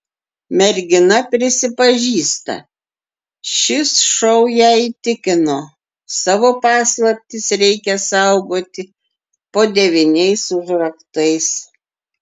mergina prisipažįsta šis šou ją įtikino savo paslaptis reikia saugoti po devyniais užraktais